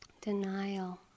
denial